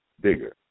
bigger